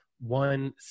one